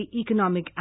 Economic